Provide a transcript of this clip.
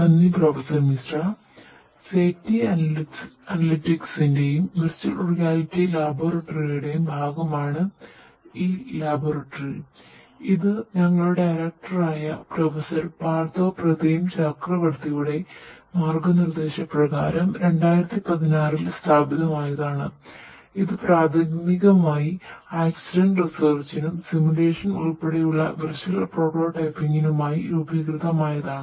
നന്ദി പ്രൊഫസർ മിശ്ര രൂപീകൃതമായതാണ്